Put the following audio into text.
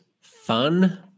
Fun